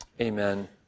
Amen